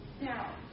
Now